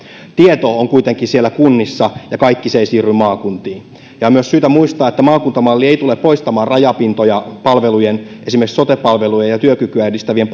tieto on kuitenkin siellä kunnissa ja kaikki se ei siirry maakuntiin on myös syytä muistaa että maakuntamalli ei tule poistamaan rajapintoja palvelujen esimerkiksi sote palvelujen ja työkykyä edistävien